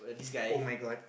oh-my-God